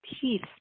peace